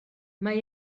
mae